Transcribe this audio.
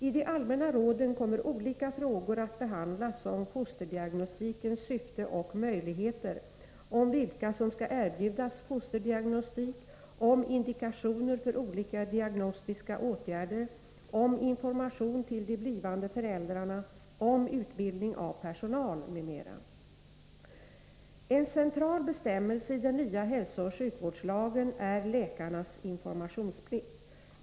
I de allmänna råden kommer olika frågor att behandlas om fosterdiagnostikens syfte och möjligheter, om vilka som skall erbjudas fosterdiagnostik, om indikationer för olika diagnostiska åtgärder, om information till de blivande föräldrarna, om utbildning av personal m.m. En central bestämmelse i den nya hälsooch sjukvårdslagen reglerar läkarnas informationsplikt.